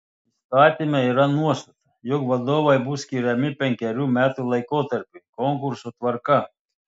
įstatyme yra nuostata jog vadovai bus skiriami penkerių metų laikotarpiui konkurso tvarka